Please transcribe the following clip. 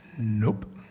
Nope